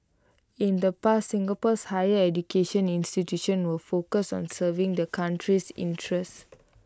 in the past Singapore's higher education institutions were focused on serving the country's interests